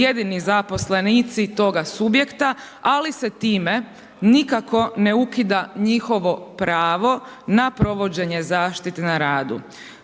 jedini zaposlenici toga subjekta, ali se time nikako ne ukida njihovo pravo na provođenje zaštite na radu.